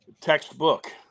Textbook